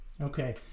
okay